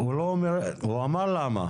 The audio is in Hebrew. הוא אמר למה.